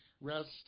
rest